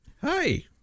Hi